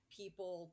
people